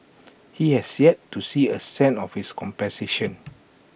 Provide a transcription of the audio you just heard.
he has yet to see A cent of his compensation